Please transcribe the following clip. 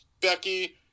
becky